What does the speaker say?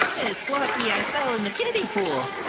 it's lucky i fell in the kiddie pool.